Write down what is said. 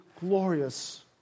glorious